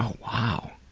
wow.